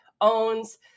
owns